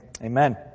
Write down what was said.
Amen